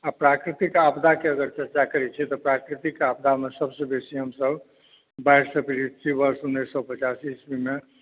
आ प्राकृतिक आपदाके अगर चर्चा करैत छियै तऽ प्राकृतिक आपदामे सभसे बेसी हमसभ बाढ़िसँ पीड़ित छी वर्ष उन्नैस सए पचासी ईस्वीमे